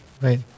Right